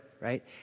right